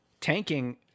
Tanking